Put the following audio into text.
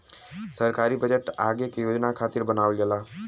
सरकारी बजट आगे के योजना खातिर बनावल जाला